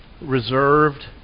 reserved